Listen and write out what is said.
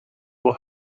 will